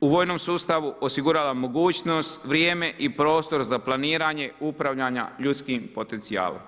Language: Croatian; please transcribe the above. u vojnom sustavu, osigurala mogućnost, vrijeme i prostor za planiranje upravljanja ljudskim potencijalom.